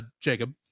jacob